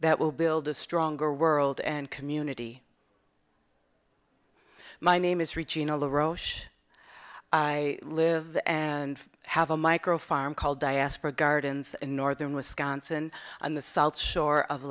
that will build a stronger world and community my name is reaching a low roche i live and have a micro farm called diaspora gardens in northern wisconsin on the south shore of